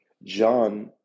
John